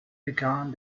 dekan